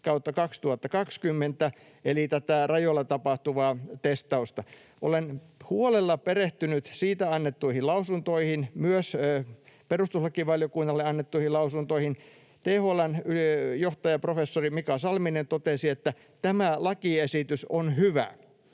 137/2020 eli tätä rajoilla tapahtuvaa testausta. Olen huolella perehtynyt siitä annettuihin lausuntoihin, myös perustuslakivaliokunnalle annettuihin lausuntoihin. THL:n johtaja, professori Mika Salminen totesi, että tämä lakiesitys on hyvä.